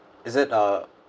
is it uh